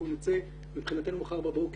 מבחינתנו אנחנו נצא מחר בבוקר.